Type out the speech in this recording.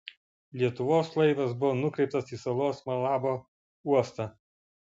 lietuvos laivas buvo nukreiptas į salos malabo uostą